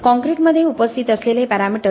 कॉंक्रिटमध्ये उपस्थित असलेले पॅरामीटर्स